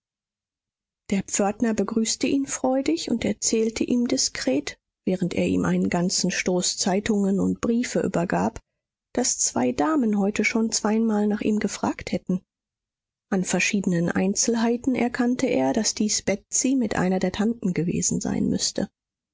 der pförtner begrüßte ihn freudig und erzählte ihm diskret während er ihm einen ganzen stoß zeitungen und briefe übergab daß zwei damen heute schon zweimal nach ihm gefragt hätten an verschiedenen einzelheiten erkannte er daß dies betsy mit einer der tanten gewesen sein müßte